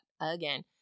Again